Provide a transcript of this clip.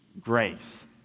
grace